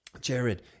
Jared